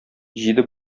җиде